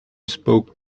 spoke